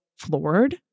floored